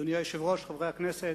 אדוני היושב-ראש, חברי הכנסת,